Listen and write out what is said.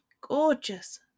gorgeous